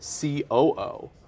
COO